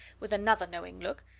with another knowing look,